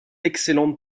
excellentes